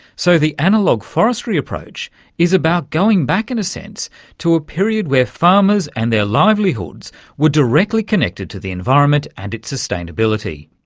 so the analogue forestry approach is about going back in a sense to a period where farmers and their livelihoods were directly connected to the environment and its sustainability.